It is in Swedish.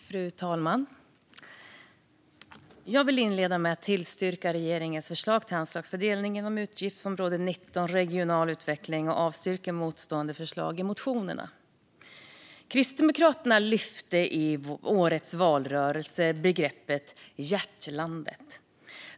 Fru talman! Jag vill inleda med att yrka bifall till regeringens förslag till anslagsfördelning på utgiftsområde 19 Regional utveckling och avstyrka de motstående förslagen i motionerna. Kristdemokraterna lyfte i årets valrörelse begreppet hjärtlandet.